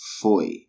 foi